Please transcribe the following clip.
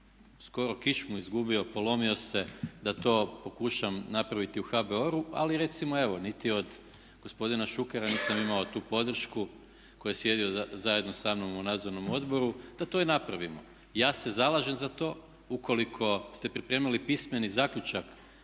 skoro kičmu izgubio, polomio se da to pokušam napraviti u HBOR-u, ali recimo evo, niti od gospodina Šukera nisam imao tu podršku koji je sjedio zajedno samnom u nadzornom odboru da to i napravimo. Ja se zalažem za to, ukoliko ste pripremili pismeni zaključak